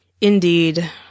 Indeed